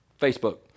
Facebook